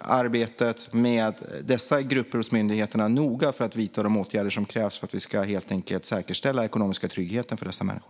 arbetet med dessa grupper hos myndigheterna noga för att vidta de åtgärder som krävs för att vi ska säkerställa den ekonomiska tryggheten för dessa människor.